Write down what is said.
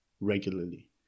regularly